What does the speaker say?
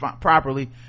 properly